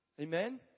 Amen